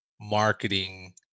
marketing